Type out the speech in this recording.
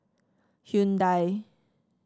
Hyundai